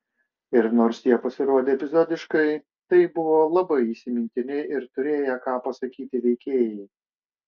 ir nors jie pasirodė epizodiškai tai buvo labai įsimintini ir turėję ką pasakyti veikėjai